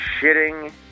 shitting